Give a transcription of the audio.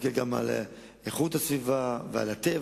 ולהסתכל גם על איכות הסביבה ועל הטבע.